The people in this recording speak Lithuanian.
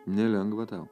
nelengva tau